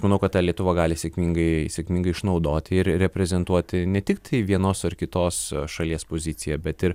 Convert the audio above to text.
manau kad tą lietuva gali sėkmingai sėkmingai išnaudoti ir reprezentuoti ne tik tai vienos ar kitos šalies poziciją bet ir